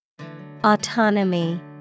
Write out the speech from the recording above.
Autonomy